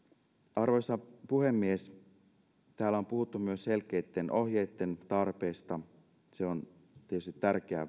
arvoisa puhemies täällä on puhuttu myös selkeitten ohjeitten tarpeesta se on tietysti tärkeää